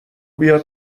بیا